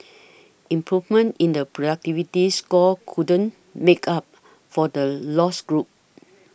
improvement in the productivity score couldn't make up for the lost ground